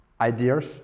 ideas